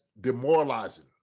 demoralizing